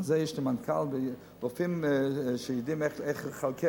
לזה יש לי מנכ"ל ורופאים שיודעים איך לכלכל,